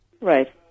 Right